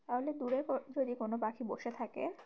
তাহলে দূরে যদি কোনো পাখি বসে থাকে